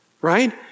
right